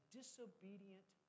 disobedient